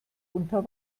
unter